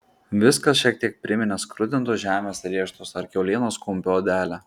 viskas šiek tiek priminė skrudintus žemės riešutus ar kiaulienos kumpio odelę